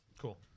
Cool